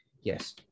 Yes